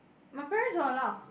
my parents don't allow